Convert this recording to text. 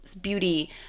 beauty